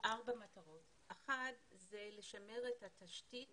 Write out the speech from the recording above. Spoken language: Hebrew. בארבע מטרות כאשר האחת היא לשמר את התשתית